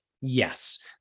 yes